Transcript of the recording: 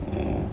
oh